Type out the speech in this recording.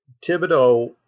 Thibodeau